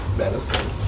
Medicine